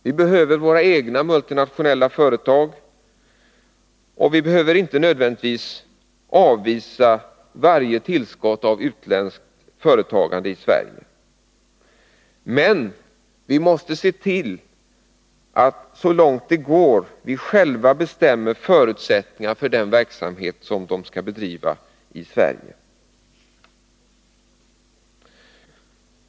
Vi behöver våra egna multinationella företag, och vi behöver inte nödvändigtvis avvisa varje tillskott av utländskt företagande i Sverige. Men vi måste se till att vi så långt det går själva bestämmer förutsättningarna för den verksamhet som företagen skall bedriva i Sverige.